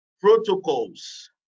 protocols